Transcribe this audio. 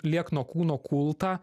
liekno kūno kultą